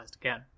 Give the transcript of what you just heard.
again